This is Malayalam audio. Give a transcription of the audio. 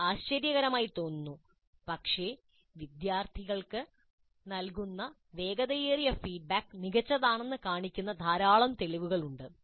ഇത് ആശ്ചര്യകരമായി തോന്നുന്നു പക്ഷേ വിദ്യാർത്ഥികൾക്ക് നൽകുന്ന വേഗതയേറിയ ഫീഡ്ബാക്ക് മികച്ചതാണെന്ന് കാണിക്കുന്നതിന് ധാരാളം തെളിവുകൾ ഉണ്ട്